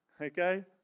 Okay